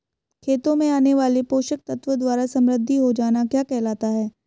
खेतों में आने वाले पोषक तत्वों द्वारा समृद्धि हो जाना क्या कहलाता है?